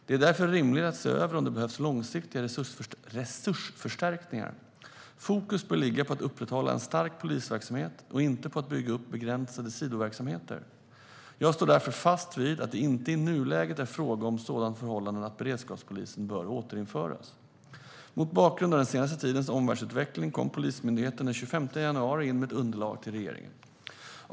Det är därför rimligt att se över om det behövs långsiktiga resursförstärkningar. Fokus bör ligga på att upprätthålla en stark polisverksamhet och inte på att bygga upp begränsande sidoverksamheter. Jag står därför fast vid att det inte i nuläget är fråga om sådana förhållanden att beredskapspolisen bör återinföras. Mot bakgrund av den senaste tidens omvärldsutveckling kom Polismyndigheten den 25 januari in med ett underlag till regeringen.